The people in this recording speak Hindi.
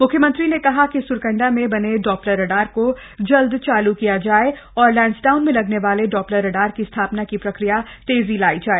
मुख्यमंत्री ने कहा कि सुरकंडा में बने डॉप्लर रडार को जल्द चालू किया जाय और लैंसडाउन में लगने वाले डॉप्लर रडार की स्थापना की प्रक्रिया में तेजी लाई जाय